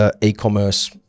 e-commerce